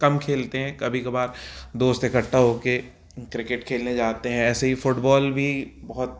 कम खेलते है कभी कभार दोस्त इकट्ठा होकर किरकेट खेलने जाते हैं ऐसे ही फ़ुटबॉल भी बहुत